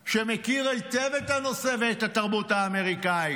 שמכיר היטב את הנושא ואת התרבות האמריקאית